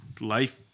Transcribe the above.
life